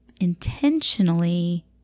intentionally